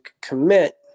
commit